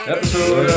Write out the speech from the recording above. Episode